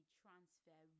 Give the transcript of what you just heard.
transfer